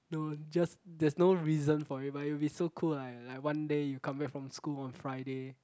don't just there's no reason for it but it will be so cool like like one day you come back from school on Friday